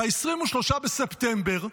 ב-23 בספטמבר,